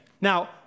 Now